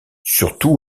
surtout